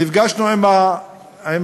נפגשנו עם האחראי,